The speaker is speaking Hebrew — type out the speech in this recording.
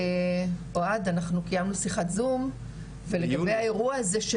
אוהד אנחנו קיימנו שיחת זום ולגבי האירוע הזה,